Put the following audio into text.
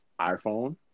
iPhone